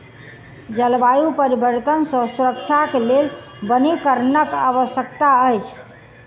जलवायु परिवर्तन सॅ सुरक्षाक लेल वनीकरणक आवश्यकता अछि